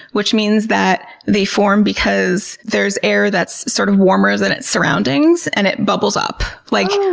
which means that they form because there's air that's sort of warmer than its surroundings and it bubbles up. like,